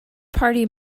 party